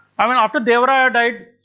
i mean after deva raya died,